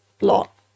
lot